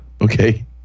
Okay